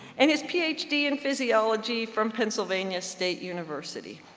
and his ph d in physiology from pennsylvania state university.